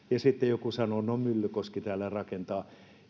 sitten joku sanoo no myllykoski täällä rakentaa